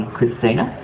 Christina